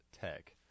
Tech